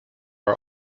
are